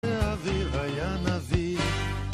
ואביו היה נזיר.